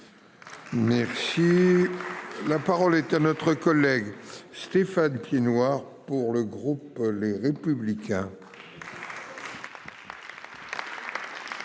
Merci. La parole est à notre collègue Stéphane Piednoir pour le groupe Les Républicains. Merci monsieur